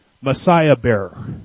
Messiah-bearer